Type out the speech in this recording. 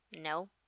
No